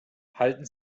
halten